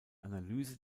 analyse